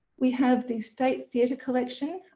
we have the state theatre collection.